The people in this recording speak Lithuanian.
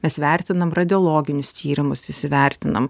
mes vertinam radiologinius tyrimus įsivertinam